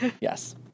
Yes